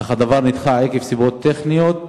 אך הדבר נדחה מסיבות טכניות ומשפטיות.